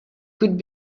could